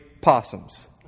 possums